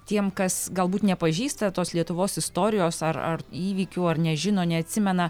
tiem kas galbūt nepažįsta tos lietuvos istorijos ar ar įvykių ar nežino neatsimena